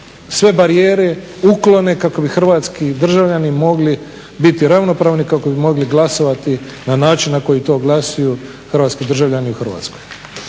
sve barijere uklone kako bi hrvatski državljani mogli biti ravnopravni, kako bi mogli glasovati na način na koji to glasuju hrvatski državljani u Hrvatskoj.